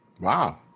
Wow